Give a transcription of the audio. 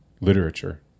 literature